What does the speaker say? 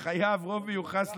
אתה חייב רוב מיוחס לעניין.